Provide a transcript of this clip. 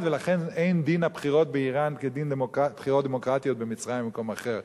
ולכן אין דין הבחירות באירן כדין בחירות דמוקרטיות במצרים או במקום אחר.